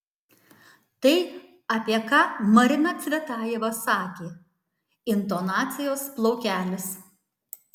tai apie ką marina cvetajeva sakė intonacijos plaukelis